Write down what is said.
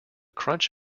crunch